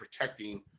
protecting